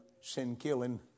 sin-killing